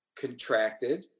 contracted